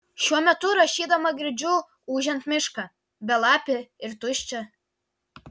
šiuo metu rašydama girdžiu ūžiant mišką belapį ir tuščią